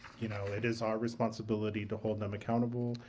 you know, it is our responsibility to hold them accountable